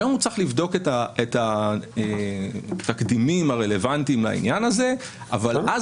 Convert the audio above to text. היום הוא צריך לבדוק את התקדימים הרלוונטיים לעניין הזה אבל אז